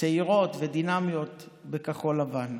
צעירות ודינמיות בכחול לבן.